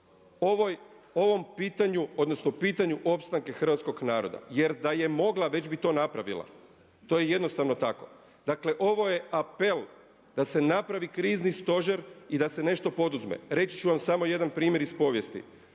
ovom pitanju, odnosno pitanju opstanka hrvatskoga naroda jer da je mogla već bi to napravila. To je jednostavno tako. Dakle, ovo je apel da se napravi krizni stožer i da se nešto poduzme. Reći ću vam samo jedan primjer iz povijesti.